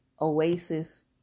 oasis